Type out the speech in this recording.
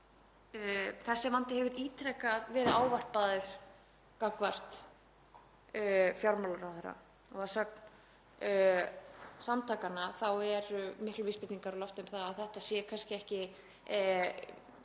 þessi vandi hefur ítrekað verið ávarpaður gagnvart fjármálaráðherra og að sögn samtakanna eru miklar vísbendingar á lofti um að þetta sé kannski ekki